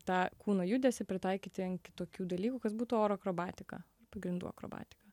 tą kūno judesį pritaikyti an kitokių dalykų kas būtų oro akrobatika pagrindų akrobatika